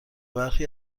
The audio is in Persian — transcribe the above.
برخی